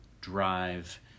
Drive